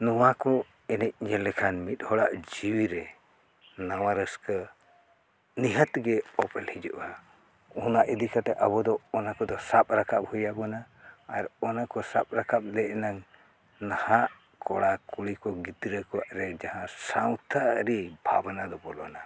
ᱱᱚᱣᱟ ᱠᱚ ᱮᱱᱮᱡ ᱧᱮᱞ ᱞᱮᱠᱷᱟᱱ ᱢᱤᱫ ᱦᱚᱲᱟᱜ ᱡᱤᱣᱤᱨᱮ ᱱᱟᱣᱟ ᱨᱟᱹᱥᱠᱟᱹ ᱱᱤᱦᱟᱹᱛᱜᱮ ᱚᱯᱮᱞ ᱦᱤᱡᱩᱜᱼᱟ ᱚᱱᱟ ᱤᱫᱤ ᱠᱟᱛᱮ ᱟᱵᱚᱫᱚ ᱚᱱᱟ ᱠᱚᱫᱚ ᱥᱟᱵ ᱨᱟᱠᱟᱵ ᱦᱩᱭᱟᱵᱚᱱᱟ ᱟᱨ ᱚᱱᱟᱠᱚ ᱥᱟᱵ ᱨᱟᱠᱟᱵ ᱞᱮᱱᱟᱝ ᱱᱟᱦᱟᱜ ᱠᱚᱲᱟ ᱠᱩᱲᱤ ᱠᱚ ᱜᱤᱫᱽᱨᱟᱹ ᱠᱚᱣᱟᱜᱼᱨᱮ ᱡᱟᱦᱟᱸ ᱥᱟᱶᱛᱟ ᱟᱹᱨᱤ ᱵᱷᱟᱵᱽᱱᱟ ᱫᱚ ᱵᱚᱞᱚᱱᱟ